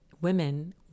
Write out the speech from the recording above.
women